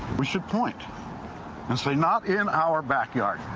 we should point and say not in our backyard.